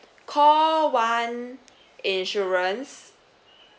call one insurance